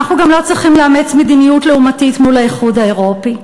ואנחנו גם לא צריכים לאמץ מדיניות לעומתית מול האיחוד האירופי.